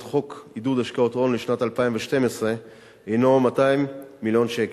חוק עידוד השקעות הון לשנת 2012 הינו 200 מיליון ש"ח.